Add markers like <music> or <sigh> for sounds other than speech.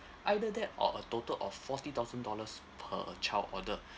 <breath> either that or a total of forty thousand dollars per child order <breath>